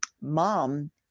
mom